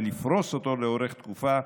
ולפרוס אותו לאורך תקופה,